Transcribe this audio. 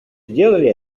сделали